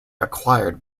acquired